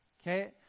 Okay